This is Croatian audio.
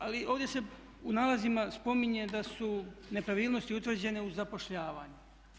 Ali ovdje se u nalazima spominje da su nepravilnosti utvrđene u zapošljavanju.